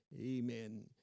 Amen